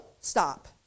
stop